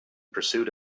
pursuit